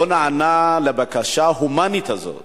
לא נענה לבקשה ההומנית הזאת.